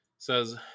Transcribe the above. Says